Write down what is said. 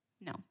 No